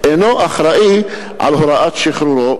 אינו אחראי להוראת שחרורו,